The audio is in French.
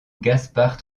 gaspard